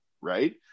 right